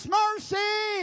mercy